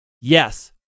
Yes